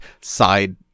side